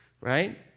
Right